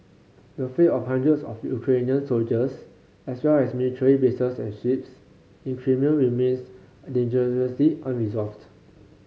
the fate of hundreds of Ukrainian soldiers as well as military bases and ships in Crimea remains dangerously unresolved